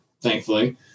thankfully